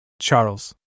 Charles